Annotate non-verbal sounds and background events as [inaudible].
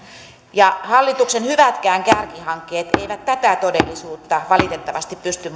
ja hallituksen hyvätkään kärkihankkeet eivät tätä todellisuutta valitettavasti pysty [unintelligible]